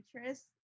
interests